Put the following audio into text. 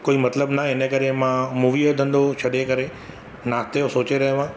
कोई मतिलबु न आहे हिन करे मां मूवीअ जो धंधो छॾे करे नाश्ते जो सोचे रहियो आहे